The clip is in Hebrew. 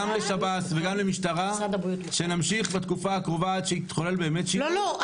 גם לשב"ס וגם למשטרה שנמשיך בתקופה הקרובה עד שיתחולל באמת שינוי,